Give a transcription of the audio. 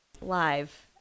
live